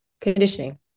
Conditioning